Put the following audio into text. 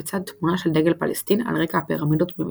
לצד תמונה של דגל פלסטין על רקע הפירמידות במצרים.